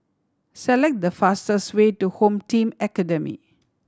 select the fastest way to Home Team Academy